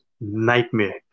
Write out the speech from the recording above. nightmare